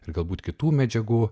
ir galbūt kitų medžiagų